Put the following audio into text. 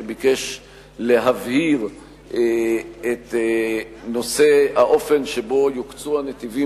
שביקש להבהיר את האופן שבו יוקצו הנתיבים